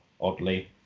oddly